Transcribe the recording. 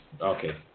okay